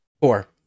Four